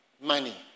money